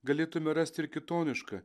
galėtume rasti ir kitonišką